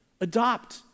Adopt